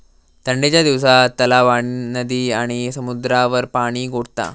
ठंडीच्या दिवसात तलाव, नदी आणि समुद्रावर पाणि गोठता